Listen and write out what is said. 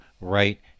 right